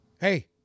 Hey